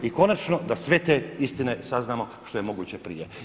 I konačno da sve te istine saznamo što je moguće prije.